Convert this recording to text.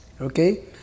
Okay